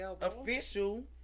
official